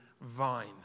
vine